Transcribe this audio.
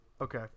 Okay